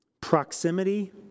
proximity